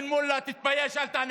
לא רק אתה.